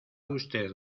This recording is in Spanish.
usted